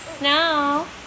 now